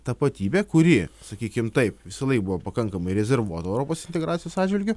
tapatybė kuri sakykim taip visąlaik buvo pakankamai rezervuota europos integracijos atžvilgiu